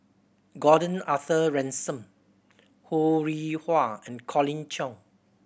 Gordon Arthur Ransome Ho Rih Hwa and Colin Cheong